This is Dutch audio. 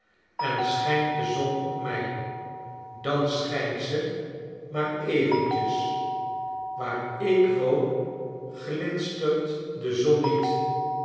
en schijnt de zon op mij dan schijnt ze maar eventjes waar ik woon glinstert de zon niet